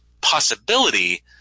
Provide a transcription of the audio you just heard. possibility